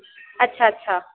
ਅੱਛਾ ਅੱਛਾ